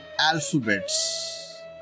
alphabets